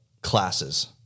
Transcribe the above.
classes